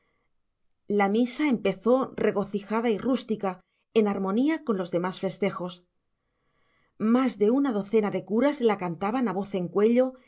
la misa empezó regocijada y rústica en armonía con los demás festejos más de una docena de curas la cantaban a voz en cuello